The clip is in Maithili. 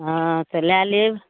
हँ तऽ लए लेब